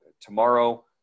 tomorrow